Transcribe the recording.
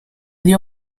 dio